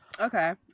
Okay